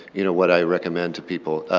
you know, what i recommend to people.